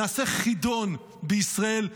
נעשה חידון בישראל,